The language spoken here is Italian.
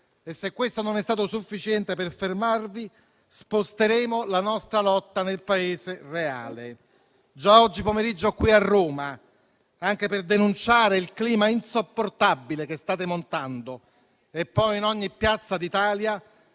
Se questo non è stato sufficiente per fermarvi, sposteremo la nostra lotta nel Paese reale. Già oggi pomeriggio qui a Roma, anche per denunciare il clima insopportabile che state montando, e poi in ogni piazza d'Italia